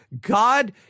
God